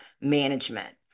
management